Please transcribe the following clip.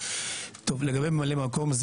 לגבי ממלא מקום,